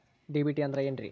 DBT ಅಂದ್ರ ಏನ್ರಿ?